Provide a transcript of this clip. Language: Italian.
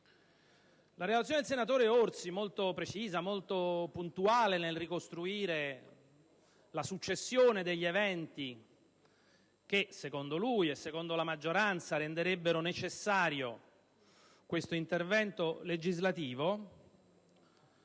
La relazione del senatore Orsi, molto precisa e molto puntuale nel ricostruire la successione degli eventi che, secondo lui e secondo la maggioranza, renderebbero necessario questo intervento legislativo,